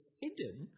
hidden